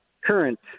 current